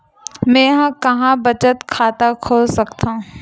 मेंहा कहां बचत खाता खोल सकथव?